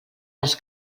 les